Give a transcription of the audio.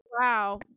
wow